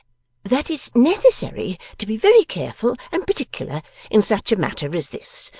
that it's necessary to be very careful and particular in such a matter as this,